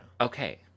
Okay